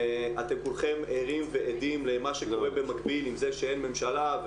אתם כולכם ערים ועדים למה שקורה במקביל עם זה שאין ממשלה,